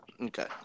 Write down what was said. okay